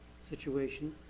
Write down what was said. situation